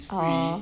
orh